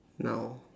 no